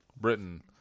Britain